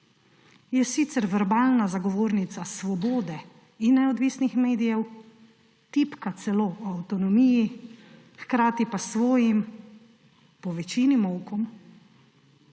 Je sicer verbalna zagovornica svobode in neodvisnih medijev, tipka celo o avtonomiji, hkrati pa s svojim po večini molkom